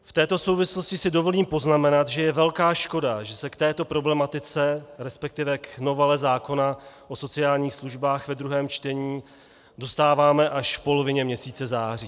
V této souvislosti si dovolím poznamenat, že je velká škoda, že se k této problematice, resp. k novele zákona o sociálních službách ve druhém čtení, dostáváme až v polovině měsíce září.